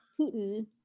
Putin